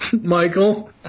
Michael